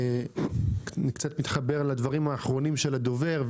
אני קצת מתחבר לדברים האחרונים של הדובר.